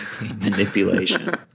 manipulation